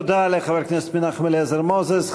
תודה לחבר הכנסת מנחם אליעזר מוזס.